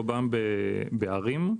רובם בערים,